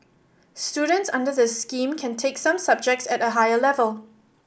students under the scheme can take some subjects at a higher level